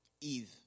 Eve